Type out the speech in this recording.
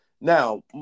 Now